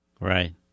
Right